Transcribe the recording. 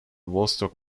vostok